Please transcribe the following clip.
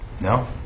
No